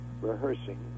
rehearsing